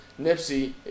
Nipsey